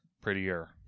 Prettier